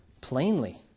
plainly